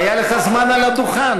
היה לך זמן על הדוכן.